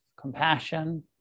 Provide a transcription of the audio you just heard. compassion